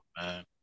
man